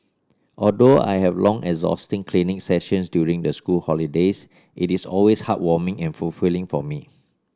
although I have long exhausting clinic sessions during the school holidays it is always heartwarming and fulfilling for me